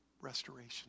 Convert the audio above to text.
restoration